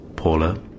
Paula